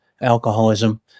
alcoholism